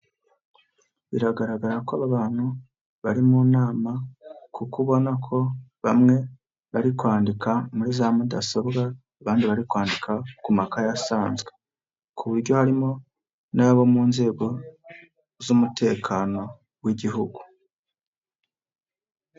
Biragaragara ko abantu bari mu nama; kuko ubona ko bamwe bari kwandika muri za mudasobwa, abandi bari kwandika ku makaye asanzwe ku buryo harimo n'abo mu nzego z'umutekano w'igihugu.